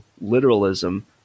literalism